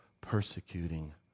persecuting